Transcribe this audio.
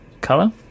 color